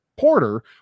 Porter